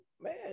man